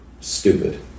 Stupid